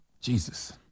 Jesus